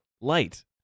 Light